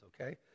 okay